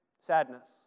sadness